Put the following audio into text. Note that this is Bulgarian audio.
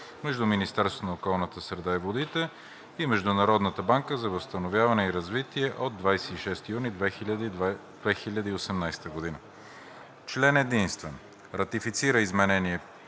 между Министерството на околната среда и водите и Международната банка за възстановяване и развитие от 26 юни 2018 г. Член единствен. Ратифицира Изменение